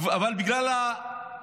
אבל בגלל העיכובים